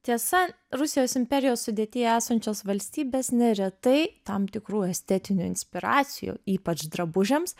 tiesa rusijos imperijos sudėtyje esančios valstybės neretai tam tikrų estetinių inspiracijų ypač drabužiams